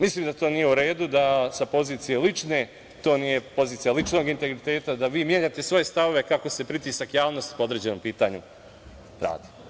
Mislim da to nije u redu, da to nije pozicija ličnog integriteta, da vi menjate svoje stavove kako se pritisak javnosti po određenom pitanju radi.